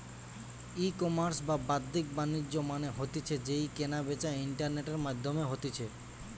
ecommerce বা বাদ্দিক বাণিজ্য মানে হতিছে যেই কেনা বেচা ইন্টারনেটের মাধ্যমে হতিছে